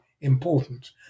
important